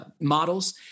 models